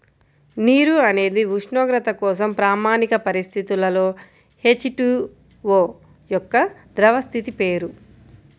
నీరు అనేది ఉష్ణోగ్రత కోసం ప్రామాణిక పరిస్థితులలో హెచ్.టు.ఓ యొక్క ద్రవ స్థితి పేరు